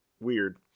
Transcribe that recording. weird